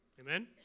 amen